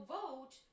vote